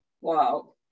Wow